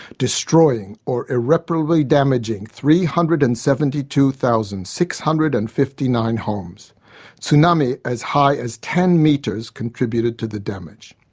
destroying or irreparably damaging three hundred and seventy two thousand six hundred and fifty nine homes. a tsunami as high as ten metres contributed to the damage.